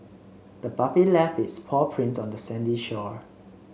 the puppy left its paw prints on the sandy shore